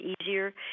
easier